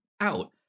out